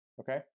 Okay